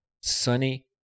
sunny